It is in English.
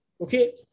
Okay